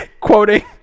quoting